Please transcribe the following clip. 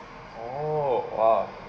oh !wow!